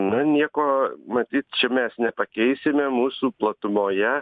na nieko matyt čia mes nepakeisime mūsų platumoje